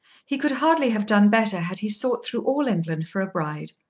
he could hardly have done better had he sought through all england for a bride.